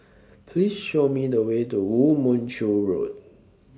Please Show Me The Way to Woo Mon Chew Road